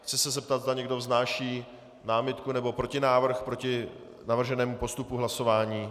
Chci se zeptat, zda někdo vznáší námitku nebo protinávrh proti navrženému postupu hlasování.